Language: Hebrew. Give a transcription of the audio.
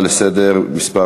אנחנו עוברים להצעה לסדר-היום מס'